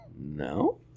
No